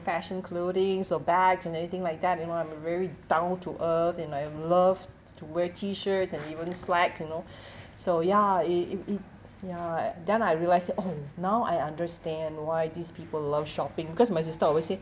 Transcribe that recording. fashion clothings or bags and everything like that you know I'm a very down to earth you know I love to wear T shirts and even slacks you know so ya it it it ya then I realise I say oh now I understand why these people love shopping because my sister always say